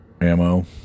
ammo